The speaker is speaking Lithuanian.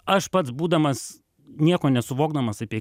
aš pats būdamas nieko nesuvokdamas apie